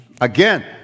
Again